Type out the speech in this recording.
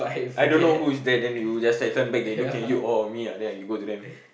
I don't know who is that and you just like turn back they look at you orh me ah ya you go to them